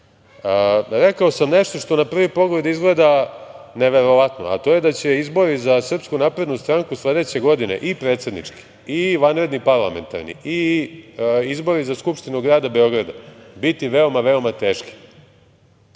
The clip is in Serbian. rekao sam nešto što na prvi pogled izgleda neverovatno, a to je da će izbori za SNS sledeće godine i predsednički i vanredni parlamentarni i izbori za Skupštinu grada Beograda, biti veoma teški.